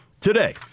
today